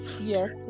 yes